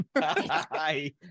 Hi